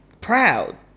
proud